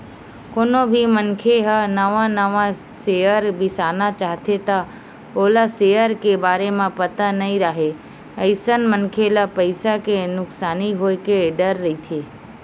कोनो भी मनखे ह नवा नवा सेयर बिसाना चाहथे त ओला सेयर के बारे म पता नइ राहय अइसन मनखे ल पइसा के नुकसानी होय के डर रहिथे